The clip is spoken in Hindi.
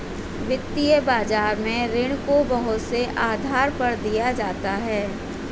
वित्तीय बाजार में ऋण को बहुत से आधार पर दिया जाता है